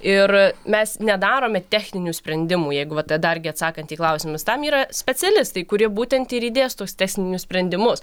ir mes nedarome techninių sprendimų jeigu vat dar gi atsakant į klausimus tam yra specialistai kurie būtent ir įdės tuos tesninius sprendimus